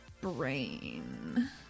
brain